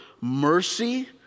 mercy